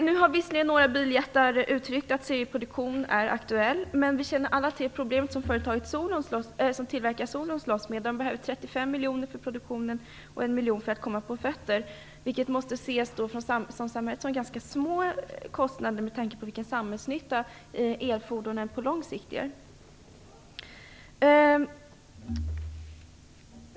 Nu har visserligen några biljättar uttryckt att serieproduktion är aktuell, men vi känner alla till de problem som företaget som tillverkar Solon slåss med. De behöver 35 miljoner för produktionen och 1 miljon för att komma på fötter. Från samhällets sida måste det ses som ganska små kostnader med tanke på vilken samhällsnytta elfordonen har på lång sikt.